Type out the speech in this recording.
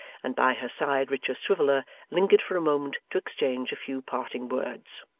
and by her side richard swiveller lingered for a moment to exchange a few parting words.